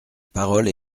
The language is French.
parole